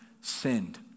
sinned